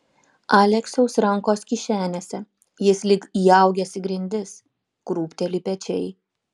aleksiaus rankos kišenėse jis lyg įaugęs į grindis krūpteli pečiai